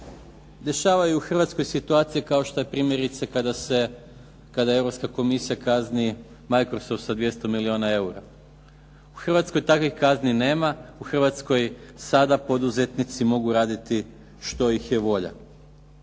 dešavaju u Hrvatskoj situacije kao šta je primjerice kada Europska Komisija kazni Microsoft sa 200 milijona eura. U Hrvatskoj takvih kazni nema. U Hrvatskoj sada poduzetnici mogu raditi što ih je volja.